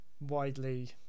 widely